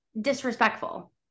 disrespectful